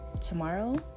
tomorrow